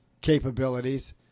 capabilities